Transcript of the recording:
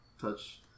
touch